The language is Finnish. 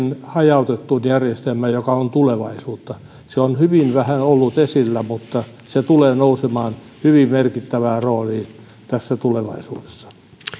hajautettuun järjestelmään joka on tulevaisuutta se on hyvin vähän ollut esillä mutta se tulee nousemaan hyvin merkittävään rooliin tulevaisuudessa